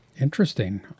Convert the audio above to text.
Interesting